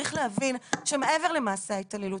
צריך להבין שמעבר למעשי ההתעללות,